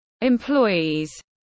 employees